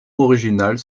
originales